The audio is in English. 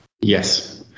Yes